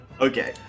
Okay